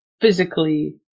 physically